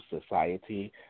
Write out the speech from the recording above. society